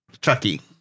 Chucky